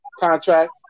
contract